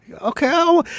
Okay